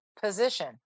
position